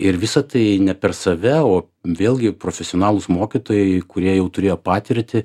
ir visą tai ne per save o vėlgi profesionalūs mokytojai kurie jau turėjo patirtį